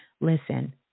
listen